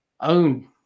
own